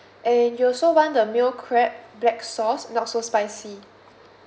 and you also want the meal crab black sauce not so spicy